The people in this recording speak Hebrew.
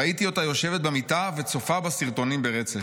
ראיתי אותה יושבת במיטה וצופה בסרטונים ברצף.